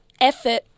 effort